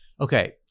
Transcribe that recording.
okay